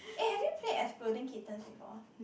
eh have you played Exploding Kittens before